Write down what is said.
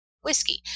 whiskey